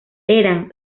eran